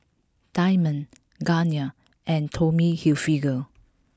Diamond Garnier and Tommy Hilfiger